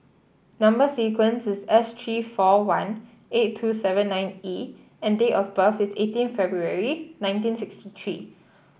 number sequence is S three four one eight two seven nine E and date of birth is eighteen February nineteen sixty three